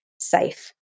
safe